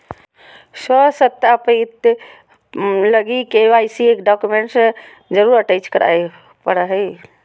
स्व सत्यापित लगी के.वाई.सी डॉक्यूमेंट जरुर अटेच कराय परा हइ